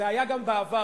זה היה גם בעבר,